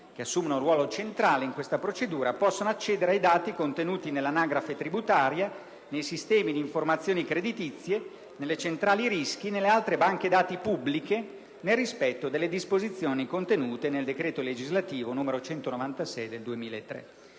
che assumono un ruolo centrale in questa procedura, possono accedere ai dati contenuti nell'anagrafe tributaria, nei sistemi di informazioni creditizie, nelle centrali rischi e nelle altre banche dati pubbliche, nel rispetto delle disposizioni contenute nel decreto legislativo n. 196 del 2003.